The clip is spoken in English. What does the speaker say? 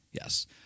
Yes